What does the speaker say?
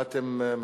מה אתם מציעים?